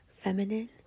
feminine